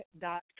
dot